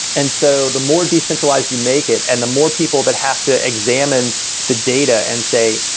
and so the more decentralized you make it and the more people that have to examine the data and say,